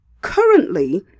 Currently